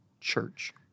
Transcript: church